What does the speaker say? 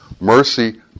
Mercy